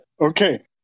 Okay